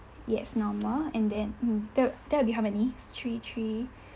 yes normal and then mm that'll that'll be how many three three